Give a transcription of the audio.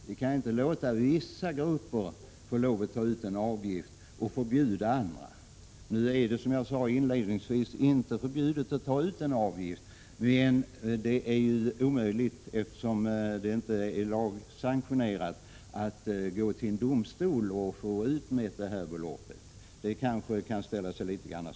Vi kan inte låta vissa grupper få ta ut en avgift och förbjuda andra. Nu är det, som jag sade inledningsvis, inte förbjudet att ta ut en avgift, men i praktiken är det omöjligt, eftersom det inte är i lag sanktionerat att man kan gå till domstol och få ut beloppet. Det kan ställa sig litet svårt.